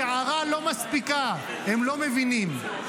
גערה לא מספיקה, הם לא מבינים.